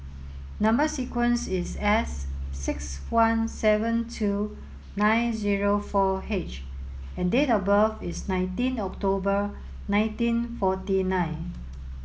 number sequence is S six one seven two nine zero four H and date of birth is nineteen October nineteen forty nine